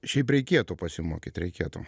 šiaip reikėtų pasimokyt reikėtų